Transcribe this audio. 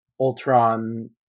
ultron